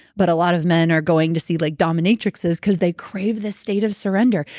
but a lot of men are going to see like dominatrices because they crave the state of surrender.